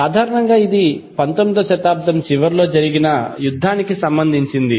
సాధారణంగా ఇది 19 వ శతాబ్దం చివరిలో జరిగిన యుద్ధానికి సంబంధించినది